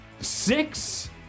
Six